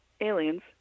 aliens